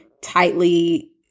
tightly